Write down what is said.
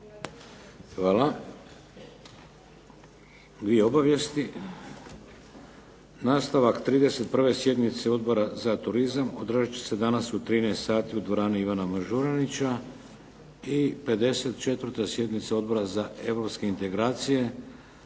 Hvala. Dvije obavijesti. Nastavak 31. sjednice Odbora za turizam održat će se danas u 13 sati u dvorani Ivana Mažuranića. I 54. sjednica Odbora za Europske integracije